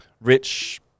rich